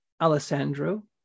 Alessandro